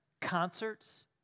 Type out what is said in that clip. concerts